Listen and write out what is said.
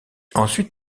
ensuite